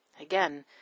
Again